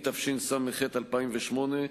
התשס"ח 2008,